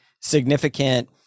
significant